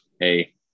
hey